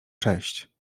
cześć